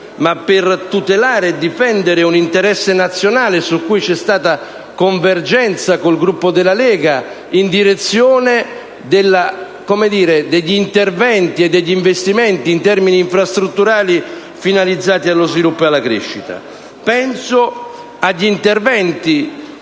ma per tutelare e difendere un interesse nazionale su cui c'è stata convergenza con il Gruppo della Lega, in direzione degli interventi e degli investimenti in termini infrastrutturali finalizzati allo sviluppo e alla crescita. Penso agli interventi